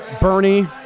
Bernie